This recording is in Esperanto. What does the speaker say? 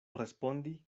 respondi